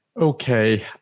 Okay